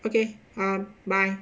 okay bye